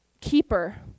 keeper